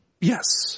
yes